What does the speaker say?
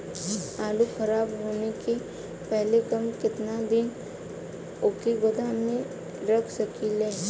आलूखराब होने से पहले हम केतना दिन वोके गोदाम में रख सकिला?